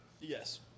Yes